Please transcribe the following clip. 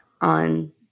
on